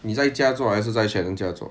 你在家做还是在 shannon 家做